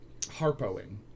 harpoing